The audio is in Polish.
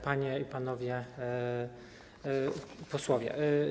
Panie i Panowie Posłowie!